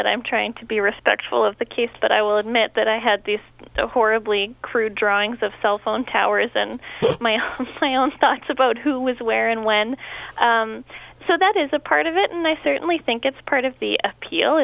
that i'm trying to be respectful of the case but i will admit that i had this horribly crude drawings of cellphone tower isn't my play on stocks about who was where and when so that is a part of it and i certainly think it's part of the appeal